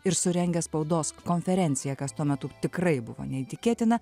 ir surengia spaudos konferenciją kas tuo metu tikrai buvo neįtikėtina